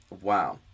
Wow